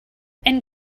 and